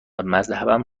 مذهبم